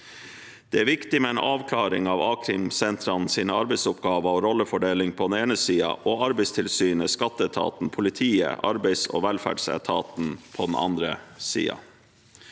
Det er viktig med en avklaring av a-krimsentrenes arbeidsoppgaver og rollefordeling på den ene siden og Arbeidstilsynet, skatteetaten, politiet og arbeidsog velferdsetaten på den andre siden.